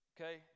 Okay